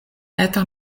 eta